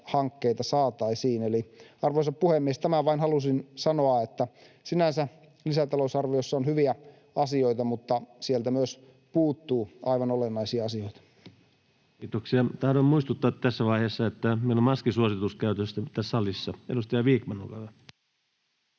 hankkeita saataisiin. Eli, arvoisa puhemies, tämän vain halusin sanoa, että sinänsä lisätalousarviossa on hyviä asioita, mutta sieltä myös puuttuu aivan olennaisia asioita. Kiitoksia. — Tahdon muistuttaa tässä vaiheessa, että meillä on maskisuositus käytössä tässä salissa. — Edustaja Vikman, olkaa hyvä.